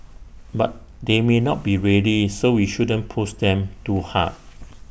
but they may not be ready so we shouldn't push them too hard